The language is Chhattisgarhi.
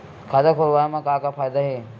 खाता खोलवाए मा का फायदा हे